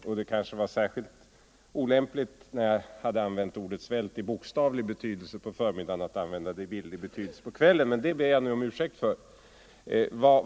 Det var kanske särskilt olämpligt när jag hade använt ordet svält i bokstavlig betydelse på förmiddagen, att använda det i bildlig betydelse på kvällen. Men det ber jag nu om ursäkt för.